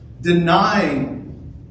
denying